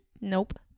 Nope